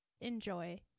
Enjoy